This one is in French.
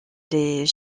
les